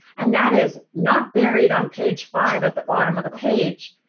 and that is not buried on page five at the bottom of the page.